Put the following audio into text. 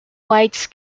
whites